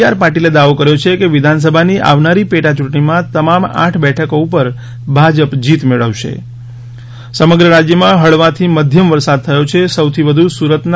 R પાટીલે દાવો કર્યો છે કે વિધાનસભાની આવનારી પેટાચૂંટણીમાં તમામ આઠ બેઠકો ઉપર ભાજપ જીત મેળવશે સમગ્ર રાજ્યમાં હળવોથી મધ્યમ વરસાદ થયો છે સૌથી વધુ સુરતના